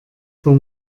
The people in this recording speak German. von